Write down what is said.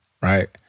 right